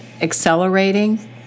accelerating